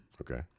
Okay